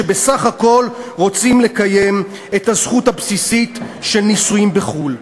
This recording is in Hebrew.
שבסך הכול רוצים לקיים את הזכות הבסיסית של נישואים בחו"ל.